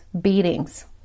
beatings